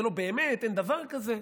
זה לא באמת, אין דבר כזה.